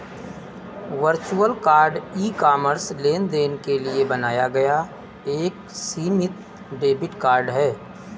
virtual card e commerce लेनदेन के लिए बनाया गया एक सीमित डेबिट कार्ड है